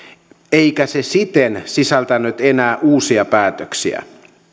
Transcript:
eikä se siten sisältänyt enää uusia päätöksiä